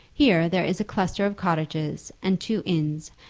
here there is a cluster of cottages and two inns,